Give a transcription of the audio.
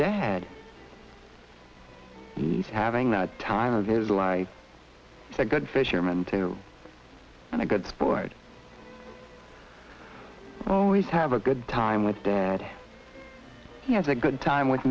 dad he's having the time of a little i get a good fisherman too and a good sport always have a good time with dad he has a good time with